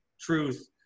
truth